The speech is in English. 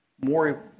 more